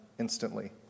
instantly